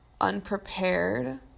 unprepared